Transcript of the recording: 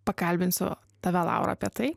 pakalbinsiu tave laura apie tai